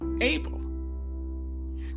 Abel